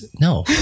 No